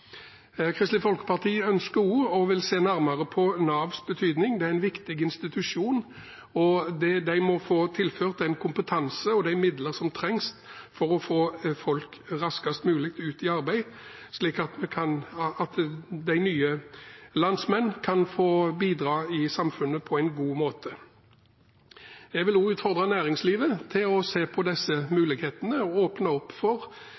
Kristelig Folkeparti ønsker også å se nærmere på Navs betydning. Det er en viktig institusjon, og de må få tilført den kompetanse og de midler som trengs for å få folk raskest mulig ut i arbeid, slik at nye landsmenn kan få bidra i samfunnet på en god måte. Jeg vil også utfordre næringslivet til å se på disse mulighetene og åpne opp for